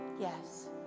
Yes